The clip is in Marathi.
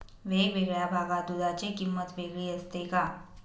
वेगवेगळ्या भागात दूधाची किंमत वेगळी असते का?